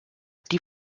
die